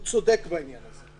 הוא צודק בעניין הזה,